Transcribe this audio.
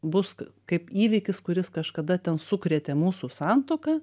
bus kaip įvykis kuris kažkada ten sukrėtė mūsų santuoką